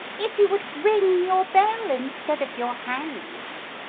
if you would ring your bell instead of your hands.